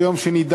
ביום שני,